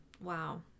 Wow